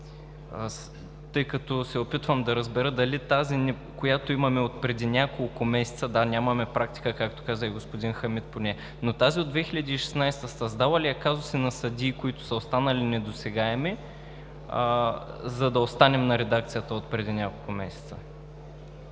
система? Опитвам се да разбера дали тази, която имаме от преди няколко месеца – да, нямаме практика по нея, както каза и господин Хамид, но тази от 2016 г. създала ли е казуси на съдии, които са останали недосегаеми, за да останем на редакцията от преди няколко месеца?